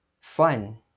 fun